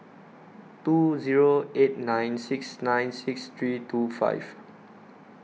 two Zero eight nine six nine six three two five